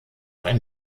ein